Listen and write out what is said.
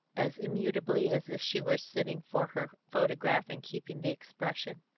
as immutably as if she were sitting for her photograph and keeping the expression.